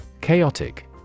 Chaotic